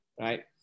Right